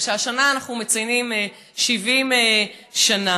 ושהשנה אנחנו מציינים 70 שנה.